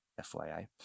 FYI